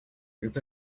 group